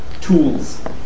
tools